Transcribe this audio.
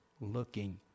looking